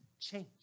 change